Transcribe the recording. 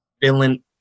villain